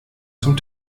zum